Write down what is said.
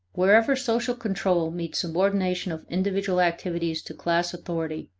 wherever social control means subordination of individual activities to class authority,